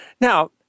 Now